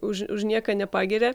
už už nieką nepagiria